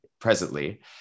presently